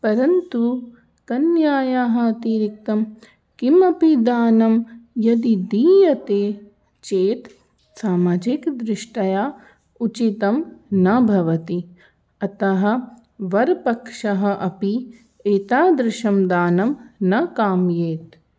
परन्तु कन्यायाः अतिरिक्तं किमपि दानं यदि दीयते चेत् सामाजिकदृष्ट्या उचितं न भवति अतः वरपक्षः अपि एतादृशं दानं न काम्येत